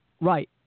right